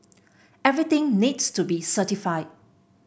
everything needs to be certified